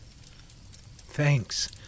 Thanks